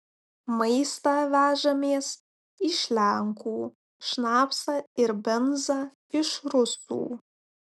maistą vežamės iš lenkų šnapsą ir benzą iš rusų